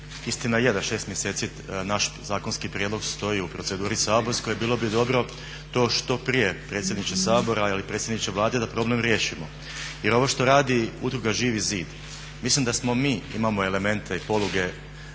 istina je da 6 mjeseci naš zakonski prijedlog stoji u proceduri saborskoj. Bilo bi dobro to što prije predsjedniče Sabora ili predsjedniče Vlade da problem riješimo, jer ovo što radi Udruga Živi zid mislim da smo mi, imamo elemente i poluge